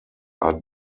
are